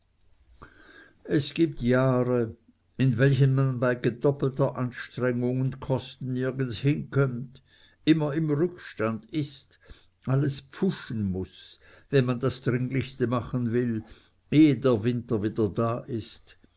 es gibt jahre in welchen man bei gedoppelter anstrengung und kosten nirgends hinkömmt immer im rückstand ist alles pfuschen muß wenn man das dringlichste machen will ehe der winter wieder da ist